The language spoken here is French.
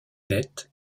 nette